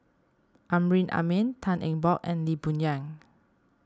Amrin Amin Tan Eng Bock and Lee Boon Yang